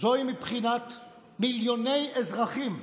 זוהי מבחינת מיליוני אזרחים,